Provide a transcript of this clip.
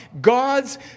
God's